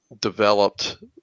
developed